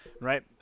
right